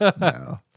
No